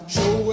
Show